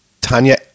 Tanya